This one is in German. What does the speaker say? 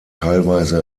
teilweise